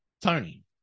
Tony